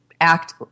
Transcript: act